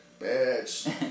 Bitch